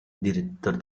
director